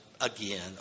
again